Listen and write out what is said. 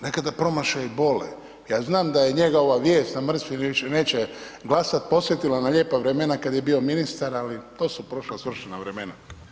Nekada promašaji bole, ja znam da je njegova vijest da mrtvi više neće glasati podsjetila na lijepa vremena kad je bio ministar, ali to su prošla svršena vremena.